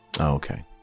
Okay